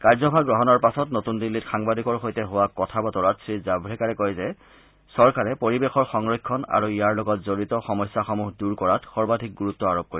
কাৰ্যভাৰ গ্ৰহণৰ পাছত নতুন দিল্লীত সাংবাদিকৰ সৈতে হোৱা কথা বতৰাত শ্ৰীজাম্ৰেকাৰে কয় যে চৰকাৰে পৰিৱেশৰ সংৰক্ষণ আৰু ইয়াৰ লগত জড়িত সমস্যাসমূহ দূৰ কৰাত সৰ্বাধিক গুৰুত্ব আৰোপ কৰিব